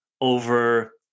over